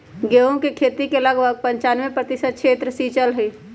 गेहूं के खेती के लगभग पंचानवे प्रतिशत क्षेत्र सींचल हई